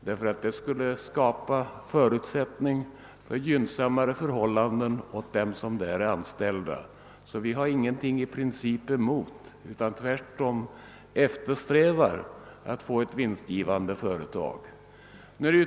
Det skulle nämligen skapa förutsättningar för gynnsammare förhållanden åt dem som där är anställda. Vi har därför i princip ingenting emot utan eftersträvar tvärtom att det skall bli ett vinstgivande företag.